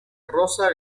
rosa